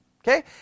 Okay